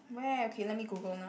where okay let me Google now